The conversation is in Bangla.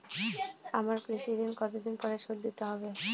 আমার কৃষিঋণ কতদিন পরে শোধ দিতে হবে?